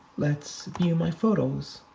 let's view my photos.